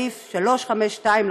שזה כ-15 שנים,